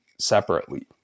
Separately